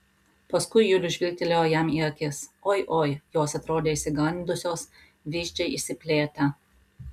paskui julius žvilgtelėjo jam į akis oi oi jos atrodė išsigandusios vyzdžiai išsiplėtę